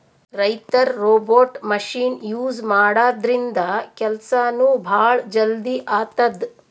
ರೈತರ್ robot machine use ಮಾಡದ್ರಿನ್ದ ಕೆಲ್ಸನೂ ಭಾಳ್ ಜಲ್ದಿ ಆತದ್